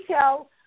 tell